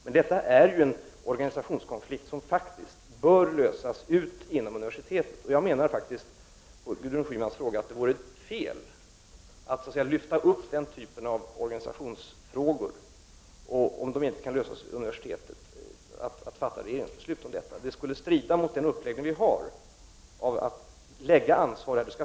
Men det är ju en organisationskonflikt som faktiskt bör lösas inom universitetet. Jag menar då, som svar på Gudrun Schymans fråga, att det vore fel att så att säga lyfta upp den här typen av organisationsfrågor och fatta ett regeringsbeslut om dem, om de inte kan lösas inom universitetet. Det skulle strida mot den uppläggning som vi har när det gäller ansvaret.